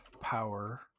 power